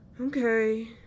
Okay